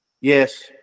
Yes